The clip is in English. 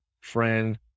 friend